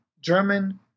German